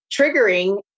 triggering